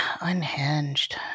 unhinged